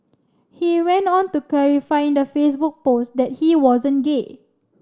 he went on to clarify in the Facebook post that he wasn't gay